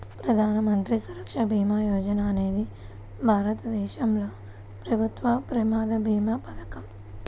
ప్రధాన మంత్రి సురక్ష భీమా యోజన అనేది భారతదేశంలో ప్రభుత్వ ప్రమాద భీమా పథకం